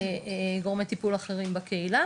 גורמי טיפול אחרים בקהילה